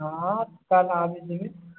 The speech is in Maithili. हाँ काल्हि आबि जेबै